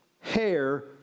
hair